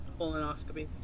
colonoscopy